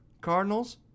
Cardinals